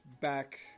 back